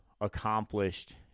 accomplished